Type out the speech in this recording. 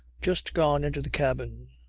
just gone into the cabin.